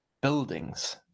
buildings